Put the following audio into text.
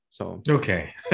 Okay